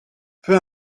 peu